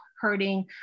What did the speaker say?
hurting